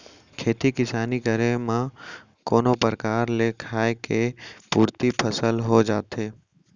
खेती किसानी करे म कोनो परकार ले खाय के पुरती फसल हो जाथे